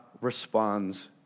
responds